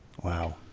wow